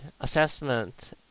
assessment